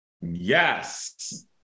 yes